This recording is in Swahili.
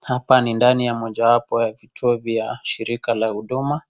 Hapa ni ndani ya moja wapo ya kituo vya shirika la huduma,